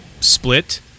split